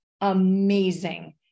amazing